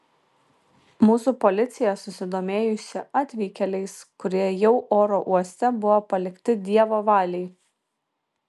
mūsų policija susidomėjusi atvykėliais kurie jau oro uoste buvo palikti dievo valiai